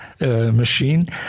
machine